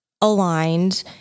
aligned